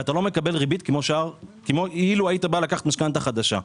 ואתה לא מקבל ריבית כמו שהיית מקבל אילו היית בא לקחת הלוואה חדשה.